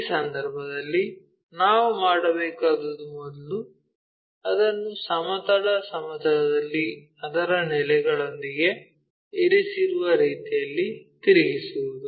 ಈ ಸಂದರ್ಭದಲ್ಲಿ ನಾವು ಮಾಡಬೇಕಾದುದು ಮೊದಲು ಅದನ್ನು ಸಮತಲ ಸಮತಲದಲ್ಲಿ ಅದರ ನೆಲೆಗಳೊಂದಿಗೆ ಇರಿಸಿರುವ ರೀತಿಯಲ್ಲಿ ತಿರುಗಿಸುವುದು